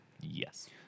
Yes